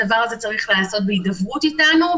זה צריך להיעשות בהידברות אתנו,